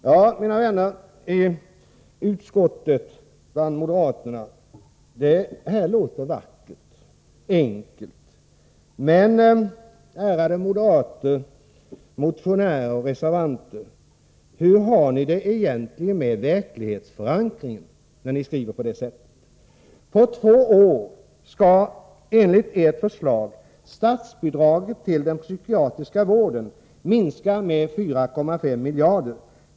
Ja, mina vänner i utskottet bland moderaterna, detta låter vackert och enkelt. Men, ärade moderater — motionärer och reservanter — hur har ni det egentligen med verklighetsförankringen, när ni skriver på det sättet? På två år skall enligt ert förslag statsbidraget till den psykiatriska vården minska med 4,5 miljarder.